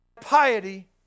Piety